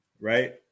Right